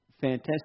fantastic